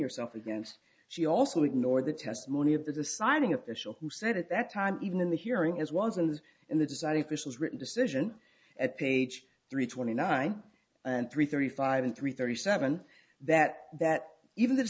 yourself against she also ignored the testimony of those assigning official who said at that time even in the hearing is wasn't in the design if this was written decision at page three twenty nine and three thirty five in three thirty seven that that even